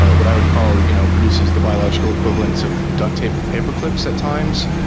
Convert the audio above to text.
but what i would call you know produces the biological equivalence of duct tape and paper clips at times.